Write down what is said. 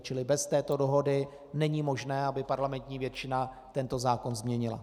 Čili bez této dohody není možné, aby parlamentní většina tento zákon změnila.